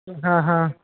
ਹਾਂ ਹਾਂ